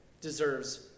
deserves